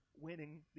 winning